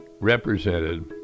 represented